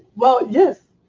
well, yes,